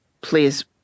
please